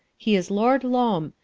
he is lord loam,